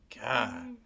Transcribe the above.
God